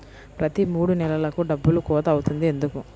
ప్రతి మూడు నెలలకు డబ్బులు కోత అవుతుంది ఎందుకు?